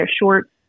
short